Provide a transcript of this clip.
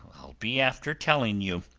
i'll be after telling you.